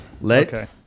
Let